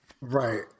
Right